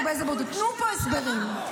תנו פה הסברים.